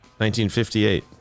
1958